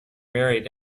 married